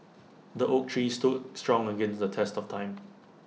the oak tree stood strong against the test of time